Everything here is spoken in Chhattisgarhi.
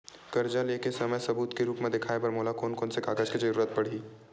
कर्जा ले के समय सबूत के रूप मा देखाय बर मोला कोन कोन से कागज के जरुरत पड़ही?